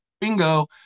bingo